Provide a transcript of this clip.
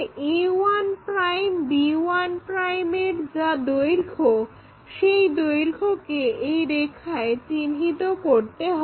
a1 b1 এর যা দৈর্ঘ্য সেই দৈর্ঘ্যকে এই রেখায় চিহ্নিত করতে হবে